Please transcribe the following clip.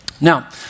Now